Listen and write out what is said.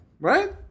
Right